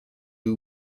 who